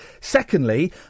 Secondly